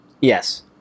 Yes